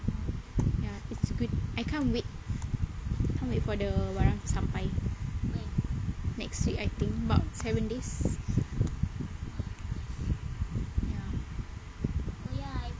ya it's good I can't wait can't wait for the barang to sampai next week I think about seven days